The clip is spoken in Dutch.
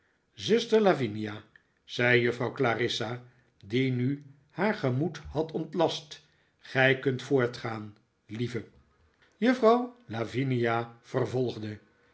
zuster lavinia zei juffrouw clarissa die nu haar gemoed had ontlast gij kunt voortgaan lieve juffrouw lavinia vervolgde